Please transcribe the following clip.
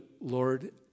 Lord